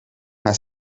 nka